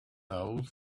old